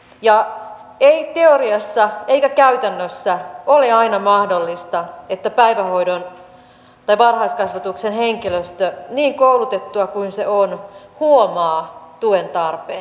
ja ei teoriassa eikä käytännössä ole aina mahdollista että varhaiskasvatuksen henkilöstö niin koulutettua kuin se on huomaa tuen tarpeen